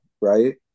right